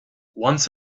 once